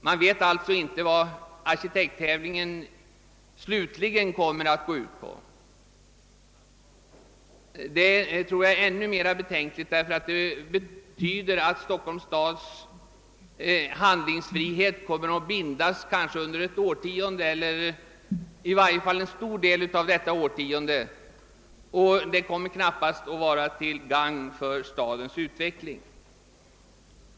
Man vet alltså inte vad arkitekttävlingen slutligen kommer att gå ut på. Detta tror jag är ännu mer betänkligt, ty det betyder att Stockholms stads handlingsfrihet kommer att bindas kanske under ett årtionde eller i varje fall under en stor del av nästa årtionde. Det kan knappast vara till gagn för stadens utveckling.